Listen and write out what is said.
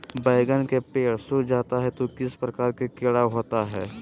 बैगन के पेड़ सूख जाता है तो किस प्रकार के कीड़ा होता है?